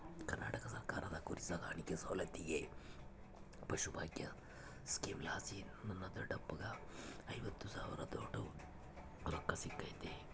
ಕರ್ನಾಟಕ ಸರ್ಕಾರದ ಕುರಿಸಾಕಾಣಿಕೆ ಸೌಲತ್ತಿಗೆ ಪಶುಭಾಗ್ಯ ಸ್ಕೀಮಲಾಸಿ ನನ್ನ ದೊಡ್ಡಪ್ಪಗ್ಗ ಐವತ್ತು ಸಾವಿರದೋಟು ರೊಕ್ಕ ಸಿಕ್ಕತೆ